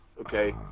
Okay